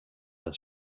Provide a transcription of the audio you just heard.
d’un